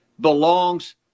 belongs